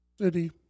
city